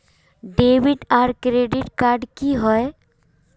Debit आर credit card की होय?